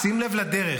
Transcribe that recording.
שים לב לדרך.